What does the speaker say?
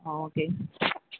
ஆ okay